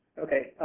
okay,